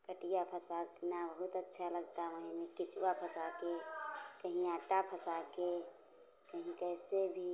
कटिया फँसाना बहुत अच्छा लगता है वही में केचुआ फँसा के कहीं आटा फँसा के कहीं कैसे भी